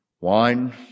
wine